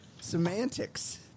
Semantics